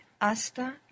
hasta